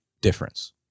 difference